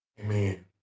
Amen